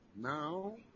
Now